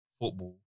football